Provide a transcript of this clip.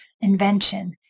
invention